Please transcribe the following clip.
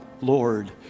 Lord